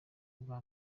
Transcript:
bwa